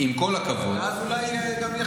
ואז אולי גם,